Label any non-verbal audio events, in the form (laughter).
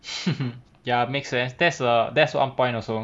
(laughs) ya makes sense that's the that's one point also